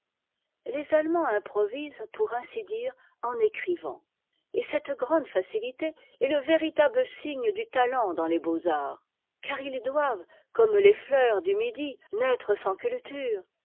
les allemands improvisent pour ainsi dire en écrivant et cette grande facilité est le véritable signe du talent dans les beaux-arts car ils doivent comme les fleurs du midi naitre sans culture